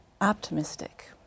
optimistic